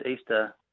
Easter